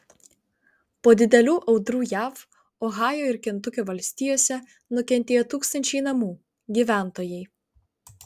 po didelių audrų jav ohajo ir kentukio valstijose nukentėjo tūkstančiai namų gyventojai